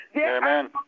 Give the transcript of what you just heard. Amen